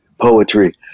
poetry